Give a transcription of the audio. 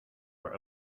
were